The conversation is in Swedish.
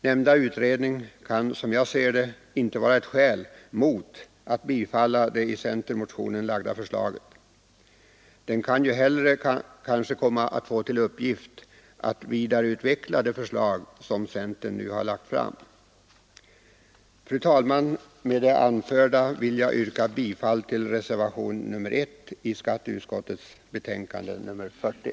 Nämnda utredning kan, som jag ser det, inte vara ett skäl mot ett bifall till det i centermotionen lagda förslaget. Utredningen kan ju hellre kanske komma att få till uppgift att vidareutveckla det förslag som centern nu har lagt fram. Fru talman! Med det anförda vill jag yrka bifall till reservationen 1 i skatteutskottets betänkande nr 40.